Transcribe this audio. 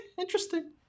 interesting